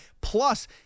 Plus